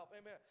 amen